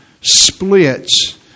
splits